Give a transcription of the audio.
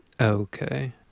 okay